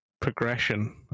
progression